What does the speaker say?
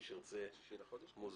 מי שירצה מוזמן.